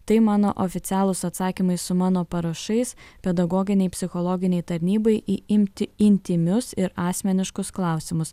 tai mano oficialūs atsakymai su mano parašais pedagoginei psichologinei tarnybai į imti intymius ir asmeniškus klausimus